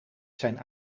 zijn